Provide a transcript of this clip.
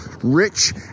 rich